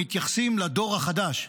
מתייחסים לדור החדש.